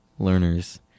learners